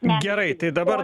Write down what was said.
gerai tai dabar